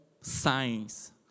science